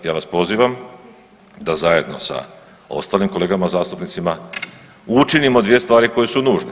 Ja vas pozivam da zajedno sa ostalim kolegama zastupnicima učinimo dvije stvari koje su nužne.